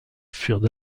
furent